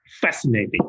fascinating